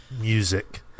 music